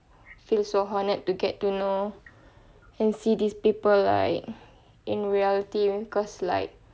feel so honoured to get to know and see these people like in reality with cause like